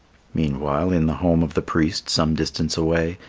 meanwhile, in the home of the priest, some distance away,